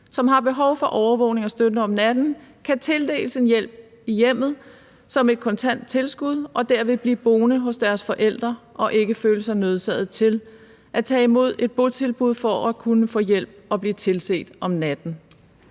som har behov for overvågning og støtte om natten, kan tildeles en hjælp i hjemmet som et kontant tilskud og derved blive boende hos deres forældre og ikke føle sig nødsaget til at tage imod et botilbud for at kunne få hjælp og blive tilset om natten.